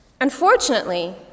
Unfortunately